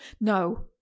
no